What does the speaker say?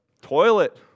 toilet